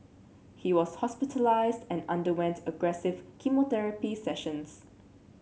he was hospitalised and underwent aggressive chemotherapy sessions